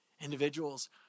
Individuals